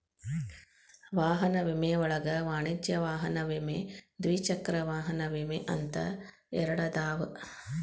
ವಾಹನ ವಿಮೆ ಒಳಗ ವಾಣಿಜ್ಯ ವಾಹನ ವಿಮೆ ದ್ವಿಚಕ್ರ ವಾಹನ ವಿಮೆ ಅಂತ ಎರಡದಾವ